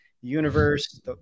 universe